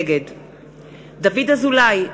נגד דוד אזולאי,